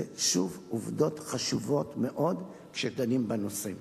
זה, שוב, עובדות חשובות מאוד כשדנים בנושא הזה.